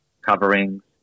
coverings